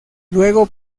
luego